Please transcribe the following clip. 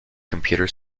computer